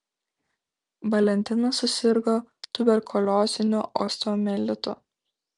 valentinas susirgo tuberkulioziniu osteomielitu